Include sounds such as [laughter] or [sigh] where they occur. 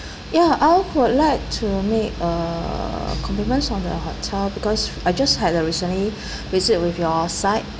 ya I would like to make a compliments on the hotel because I just had a recently [breath] visit with your side